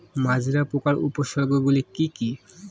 মাজরা পোকার উপসর্গগুলি কি কি?